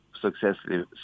successfully